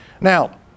now